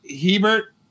Hebert